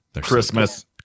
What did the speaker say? Christmas